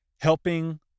helping